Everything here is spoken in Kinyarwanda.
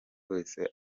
wese